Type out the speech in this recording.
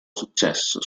successo